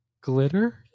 Glitter